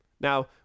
Now